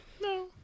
No